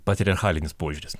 patriarchalinis požiūris